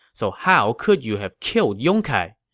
so how could you have killed yong kai?